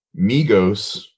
Migos